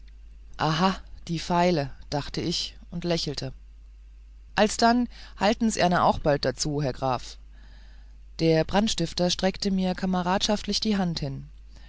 aha die feile dachte ich mir und lächelte alsdann haltens ihna jetzt auch bald dazu herr graf der brandstifter streckte mir kameradschaftlich die hand hin